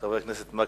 חבר הכנסת מקלב,